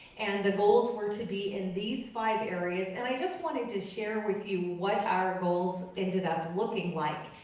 and the goals were to be in these five areas. and i just wanted to share with you what our goals ended up looking like.